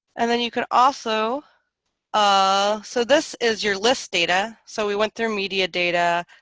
and then you can also ah so this is your list data so we went through media data,